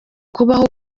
kubaho